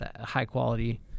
high-quality